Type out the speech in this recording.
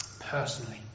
personally